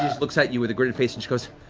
looks at you with a gritted face and she goes,